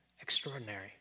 extraordinary